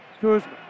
Kuzma